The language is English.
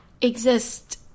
exist